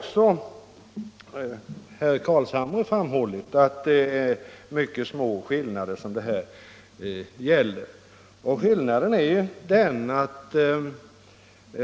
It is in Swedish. Även herr Carlshamre har framhållit att skillnaderna mellan reservanterna och utskottet är mycket små.